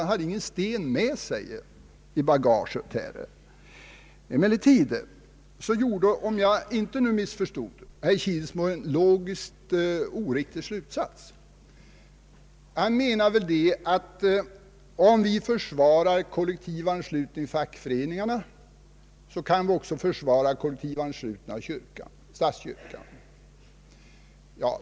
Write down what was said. Jag har en känsla av att han inte hade någon sten med sig i bagaget. Om jag inte missförstod herr Kilsmo gjorde han en logiskt oriktig slutsats. Han menade väl att om vi försvarar kollektivanslutning av fackföreningarna kan vi också försvara kollektivanslutning till statskyrkan.